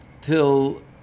till